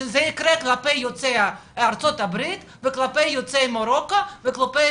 שזה ייקרה כלפי יוצאי ארה"ב וכלפי יוצאי מרוקו וכלפי